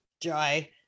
Joy